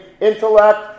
intellect